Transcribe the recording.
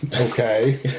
Okay